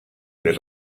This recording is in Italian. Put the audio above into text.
del